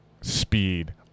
speed